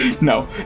No